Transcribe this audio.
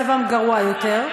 מצבן גרוע יותר.